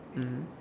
mm